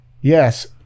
yes